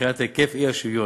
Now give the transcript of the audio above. מבחינת היקף האי-שוויון.